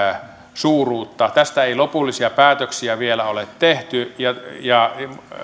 suuruutta tästä ei lopullisia päätöksiä vielä ole tehty ja ja